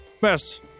Best